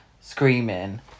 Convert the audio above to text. Screaming